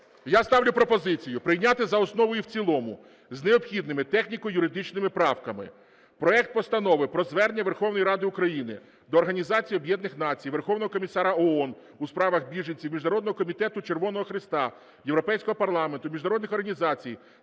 я ставлю пропозицію прийняти за основу і в цілому з необхідними техніко-юридичними правками проект Постанови про Звернення Верховної Ради України до Організації Об’єднаних Націй, Верховного комісара ООН у справах біженців, Міжнародного комітету Червоного Хреста, Європейського парламенту, міжнародних організацій